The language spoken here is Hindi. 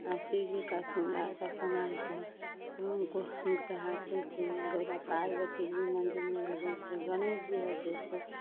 शिव जी का सिँगार का सामान है उनको हम चढ़ाते थे गौरा पार्वती जी मन्दिर में रहते थे गणेश जी रहते थे